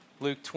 Luke